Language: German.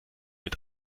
mit